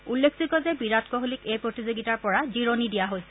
উল্লেখযোগ্য যে বিৰাট কোহলীক এই প্ৰতিযোগিতাৰ বাবে জিৰণি দিয়া হৈছে